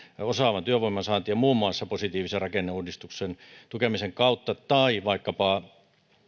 osaavan työvoiman saantia muun muassa positiivisen rakenneuudistuksen tukemisen kautta ja vaikkapa